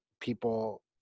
people